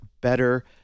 better